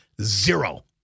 Zero